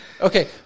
Okay